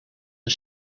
een